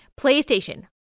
PlayStation